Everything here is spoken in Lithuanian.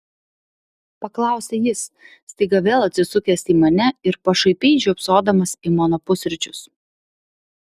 paklausė jis staiga vėl atsisukęs į mane ir pašaipiai žiopsodamas į mano pusryčius